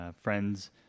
friends